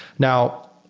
now,